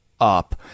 up